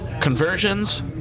conversions